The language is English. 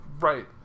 Right